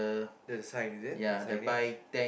the sign is it the signage